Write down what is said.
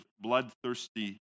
bloodthirsty